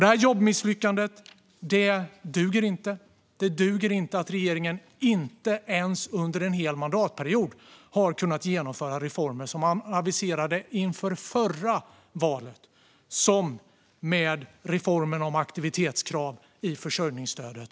Detta jobbmisslyckande duger inte. Det duger inte att regeringen inte ens under en hel mandatperiod har kunnat genomföra reformer som man aviserade inför förra valet, som reformen om aktivitetskrav i försörjningsstödet.